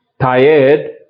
tired